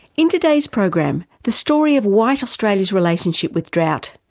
in today's program, the story of white australia's relationship with drought,